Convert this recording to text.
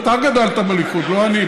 אתה גדלת בליכוד, לא אני.